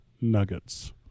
nuggets